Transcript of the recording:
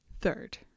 third